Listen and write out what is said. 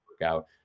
workout